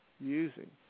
using